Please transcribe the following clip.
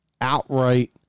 outright